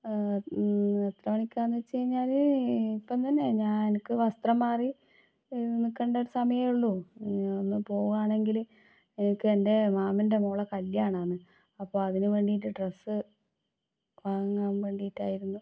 എത്ര മണിക്കാണെന്ന് വെച്ചു കഴിഞ്ഞാൽ ഇപ്പം തന്നെ ഞാ എനിക്ക് വസ്ത്രം മാറി നിൽക്കേണ്ട ഒരു സമയമേ ഉള്ളൂ ഒന്ന് പോകുവാണെങ്കിൽ എനിക്ക് എൻ്റെ മാമൻ്റെ മോള കല്യാണമാണ് അപ്പോൾ അതിനു വേണ്ടീട്ട് ഡ്രസ്സ് വാങ്ങാൻ വേണ്ടിട്ടായിരുന്നു